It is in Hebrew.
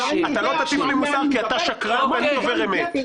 אתה לא תטיף לי מוסר כי אתה שקרן ואני דובר אמת.